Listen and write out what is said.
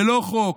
ללא חוק,